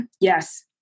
yes